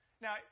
Now